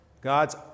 God's